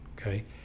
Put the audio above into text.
Okay